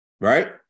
Right